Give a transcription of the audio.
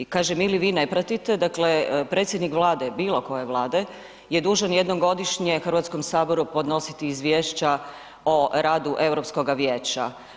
Kažem ili vi ne pratite dakle, predsjednik Vlade, bilo koje vlade je dužan jednom godišnje Hrvatskom saboru podnositi izvješća o radu Europskoga vijeća.